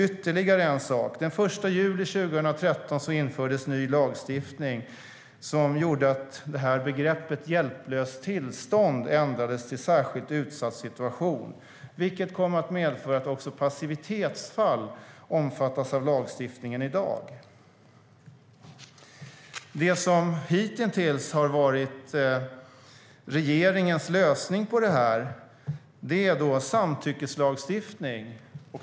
Ytterligare en sak: Den 1 juli 2013 infördes en ny lagstiftning som gjorde att begreppet "hjälplöst tillstånd" ändrades till "särskilt utsatt situation", vilket kom att medföra att också passivitetsfall omfattas av lagstiftningen i dag. Det som hitintills har varit regeringens lösning på detta är samtyckeslagstiftning.